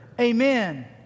Amen